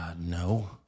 no